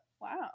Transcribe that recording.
Wow